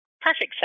perfect